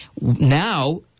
Now